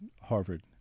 Harvard